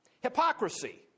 hypocrisy